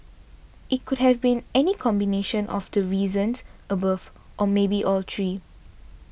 it could have been any combination of the reasons above or maybe all three